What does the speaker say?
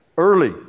Early